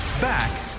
Back